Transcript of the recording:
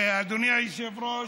אדוני היושב-ראש,